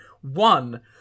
one